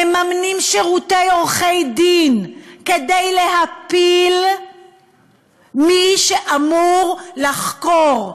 מממנים שירותי עורכי-דין כדי להפיל מי שאמור לחקור עבריינות,